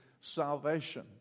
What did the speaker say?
salvation